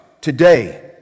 today